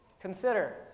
consider